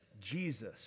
Jesus